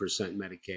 medicaid